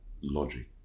logic